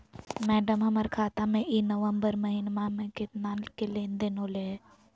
madam, हमर खाता में ई नवंबर महीनमा में केतना के लेन देन होले है